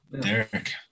Derek